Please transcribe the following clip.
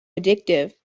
addictive